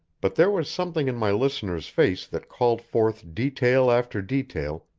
but there was something in my listener's face that called forth detail after detail,